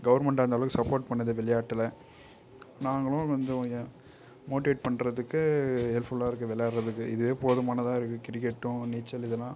government அந்தளவுக்கு support பண்ணுது விளையாட்டில் நாங்களும் வந்தோம் இங்க மோட்டிவேட் பண்றதுக்கு ஹெல்ஃபுல்லாக இருக்குது விளையாடறதுக்கு இதே போதுமானதாக இருக்குது கிரிக்கெட்டும் நீச்சல் இதெல்லாம்